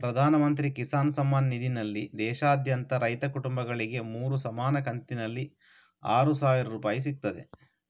ಪ್ರಧಾನ ಮಂತ್ರಿ ಕಿಸಾನ್ ಸಮ್ಮಾನ್ ನಿಧಿನಲ್ಲಿ ದೇಶಾದ್ಯಂತ ರೈತ ಕುಟುಂಬಗಳಿಗೆ ಮೂರು ಸಮಾನ ಕಂತಿನಲ್ಲಿ ಆರು ಸಾವಿರ ರೂಪಾಯಿ ಸಿಗ್ತದೆ